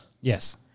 Yes